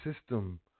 system